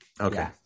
okay